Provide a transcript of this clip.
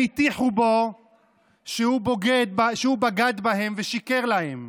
הם הטיחו בו שהוא בגד בהם ושיקר להם,